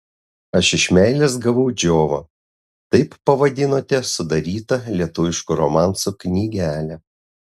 aš iš meilės gavau džiovą taip pavadinote sudarytą lietuviškų romansų knygelę